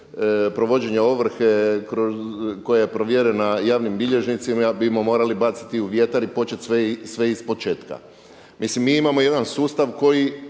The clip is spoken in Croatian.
provođenja ovrhe koja je provjerena javnim bilježnicima bimo morali baciti u vjetar i početi sve iz početka. Mislim mi imamo jedan sustav koji